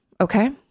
Okay